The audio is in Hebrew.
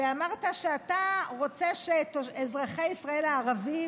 ואמרת שאתה רוצה שאזרחי ישראל הערבים